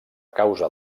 causa